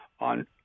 on